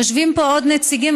יושבים פה עוד נציגים,